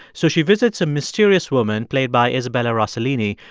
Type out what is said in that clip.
so she visits a mysterious woman, played by isabella rossellini,